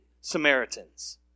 Samaritans